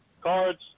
cards